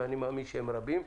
ואני מאמין שהם רבים.